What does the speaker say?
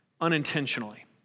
unintentionally